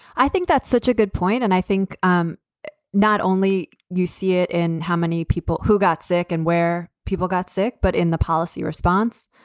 i think that's such a good point, and i think um not only you see it in how many people who got sick and where people got sick, but in the policy response,